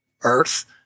earth